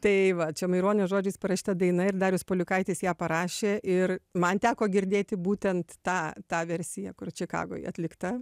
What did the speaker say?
tai va čia maironio žodžiais parašyta daina ir darius pauliukaitis ją parašė ir man teko girdėti būtent tą tą versiją kur čikagoj atlikta